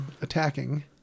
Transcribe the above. attacking